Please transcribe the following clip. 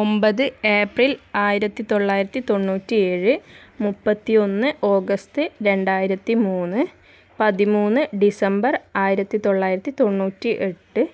ഒമ്പത് ഏപ്രിൽ ആയിരത്തി തൊള്ളായിരത്തി തൊണ്ണൂറ്റി ഏഴ് മുപ്പത്തിയൊന്ന് ഓഗസ്റ്റ് രണ്ടായിരത്തി മൂന്ന് പതിമൂന്ന് ഡിസംബർ ആയിരത്തി തൊള്ളായിരത്തി തൊണ്ണൂറ്റി എട്ട്